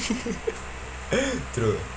true